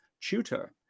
tutor